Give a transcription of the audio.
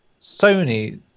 Sony